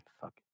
Fuck